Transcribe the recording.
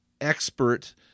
expert